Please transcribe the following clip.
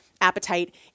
appetite